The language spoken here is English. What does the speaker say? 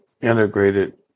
integrated